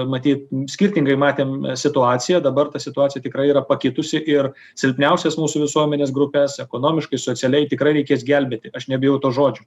matyt skirtingai matėm situaciją dabar ta situacija tikrai yra pakitusi ir silpniausias mūsų visuomenės grupes ekonomiškai socialiai tikrai reikės gelbėti aš nebijau to žodžio